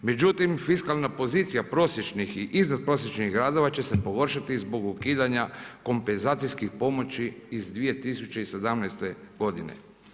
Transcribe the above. Međutim, fiskalna pozicija prosječnih i iznad prosječnih gradova će se pogoršati zbog ukidanja kompenzacijskih pomoći iz 2017. godine.